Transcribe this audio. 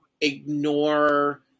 ignore